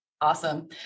awesome